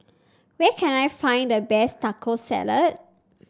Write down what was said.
where can I find the best Taco Salad